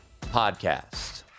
podcast